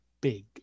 big